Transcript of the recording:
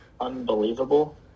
unbelievable